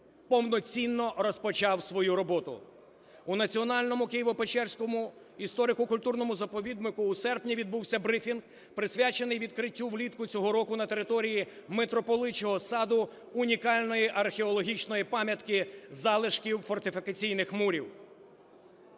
повноцінно розпочав свою роботу. У Національному Києво-Печерському історико-культурному заповіднику у серпні відбувся брифінг, присвячений відкриттю влітку цього року на території Митрополичого саду унікальної археологічної пам'ятки – залишків фортифікаційних мурів.